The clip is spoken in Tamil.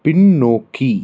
பின்னோக்கி